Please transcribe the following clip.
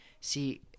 See